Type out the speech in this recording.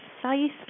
precisely